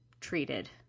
treated